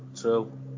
true